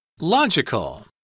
logical